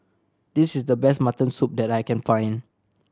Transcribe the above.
this is the best mutton soup that I can find